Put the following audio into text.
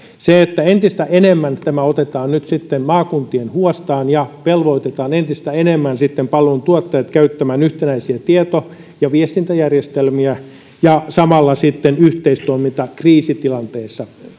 entistä enemmän tämä otetaan nyt sitten maakuntien huostaan ja velvoitetaan entistä enemmän palveluntuottajat käyttämään yhtenäisiä tieto ja viestintäjärjestelmiä ja samalla on velvoitettu yhteistoimintaan kriisitilanteessa